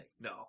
No